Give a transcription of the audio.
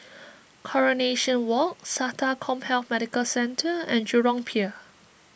Coronation Walk Sata CommHealth Medical Centre and Jurong Pier